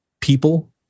people